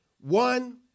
one